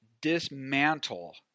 dismantle